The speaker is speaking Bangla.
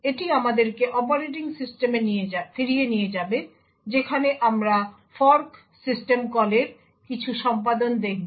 এটি আমাদেরকে অপারেটিং সিস্টেমে ফিরিয়ে নিয়ে যাবে যেখানে আমরা ফর্ক সিস্টেম কলের কিছু সম্পাদন দেখব